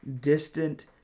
distant